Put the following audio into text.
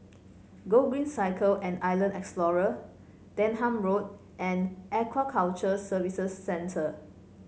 Gogreen Cycle and Island Explorer Denham Road and Aquaculture Services Centre